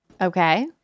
Okay